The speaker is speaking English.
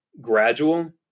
gradual